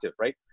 right